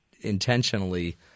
intentionally